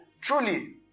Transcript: truly